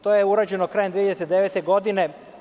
To je urađeno krajem 2009. godine.